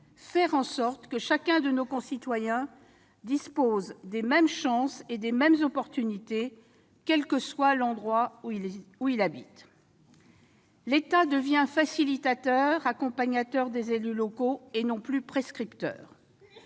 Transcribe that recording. nous voulons que chacun de nos concitoyens dispose des mêmes chances et des mêmes possibilités, quel que soit l'endroit où il habite. L'État devient facilitateur, accompagnateur des élus locaux, au lieu